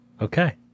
Okay